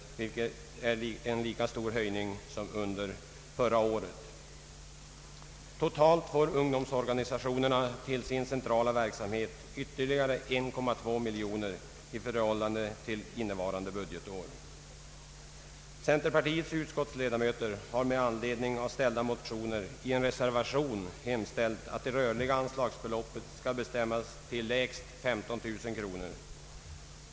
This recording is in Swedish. Det är en lika stor höjning som förra årets. Totalt får ungdomsorganisationerna till sin centrala verksamhet 1,2 miljoner kronor mer än under innevarande budgetår. Centerpartiets representanter i utskottet har med anledning av väckta motioner i en reservation hemställt att det rörliga anslagsbeloppet skall bestämmas till lägst 15 000 kronor.